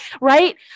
right